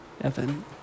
Evan